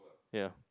ya